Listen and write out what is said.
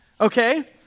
Okay